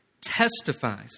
testifies